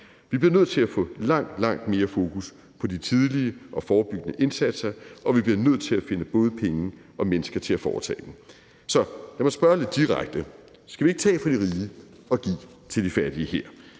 Vi bliver nødt til at få langt, langt mere fokus på de tidlige og forebyggende indsatser, og vi bliver nødt til at finde både penge og mennesker til at foretage dem. Så lad mig spørge lidt direkte: Skal vi ikke tage fra de rige og give til de fattige her?